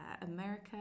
America